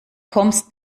kommst